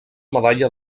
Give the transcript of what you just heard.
medalla